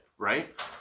Right